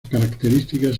características